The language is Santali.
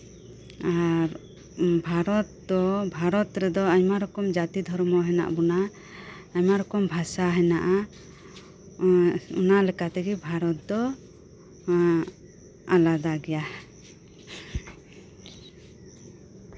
ᱟᱨ ᱵᱷᱟᱨᱚᱛ ᱨᱮᱫᱚ ᱟᱭᱢᱟ ᱨᱚᱠᱚᱢ ᱡᱟᱛᱤ ᱫᱷᱚᱨᱢᱚ ᱦᱮᱱᱟᱜ ᱵᱚᱱᱟ ᱟᱭᱢᱟ ᱞᱮᱠᱟ ᱵᱷᱟᱥᱟ ᱦᱮᱱᱟᱜᱼᱟ ᱚᱱᱟ ᱞᱮᱠᱟ ᱛᱮᱜᱮ ᱵᱷᱟᱨᱚᱛ ᱫᱚ ᱟᱞᱟᱫᱟ ᱜᱮᱭᱟ